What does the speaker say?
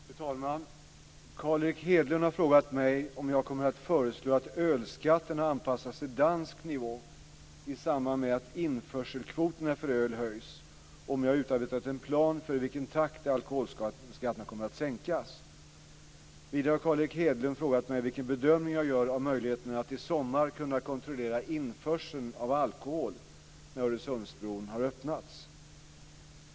Fru talman! Carl Erik Hedlund har frågat mig om jag kommer att föreslå att ölskatterna anpassas till dansk nivå i samband med att införselkvoterna för öl höjs och om jag har utarbetat en plan för i vilken takt alkoholskatterna kommer att sänkas. Vidare har Carl Erik Hedlund frågat mig vilken bedömning jag gör av möjligheterna att i sommar kunna kontrollera införseln av alkohol, när Öresundsbron har öppnats.